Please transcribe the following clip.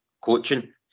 coaching